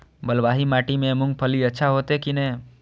बलवाही माटी में मूंगफली अच्छा होते की ने?